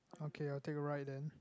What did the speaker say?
okay I'll take right then